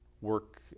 work